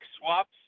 swaps